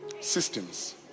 Systems